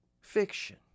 fiction